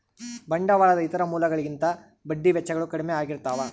ಬಂಡವಾಳದ ಇತರ ಮೂಲಗಳಿಗಿಂತ ಬಡ್ಡಿ ವೆಚ್ಚಗಳು ಕಡ್ಮೆ ಆಗಿರ್ತವ